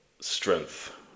strength